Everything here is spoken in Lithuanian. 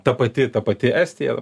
ta pati ta pati estija